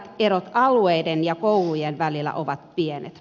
erot alueiden ja koulujen välillä ovat pienet